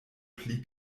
pli